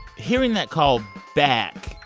hearing that call back,